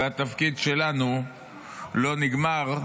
והתפקיד שלנו לא נגמר.